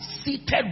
seated